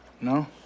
No